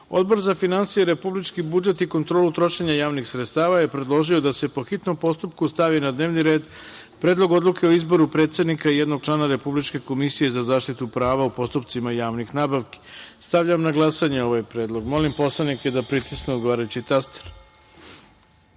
za finansije, republički budžet i kontrolu trošenja javnih sredstava je predložio da se, po hitnom postupku, stavi na dnevni red Predlog odluke o izboru predsednika i jednog člana Republičke komisije za zaštitu prava u postupcima javnih nabavki. Stavljam na glasanje ovaj predlog. Molim poslanike da pritisnu odgovarajući